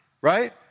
right